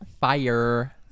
Fire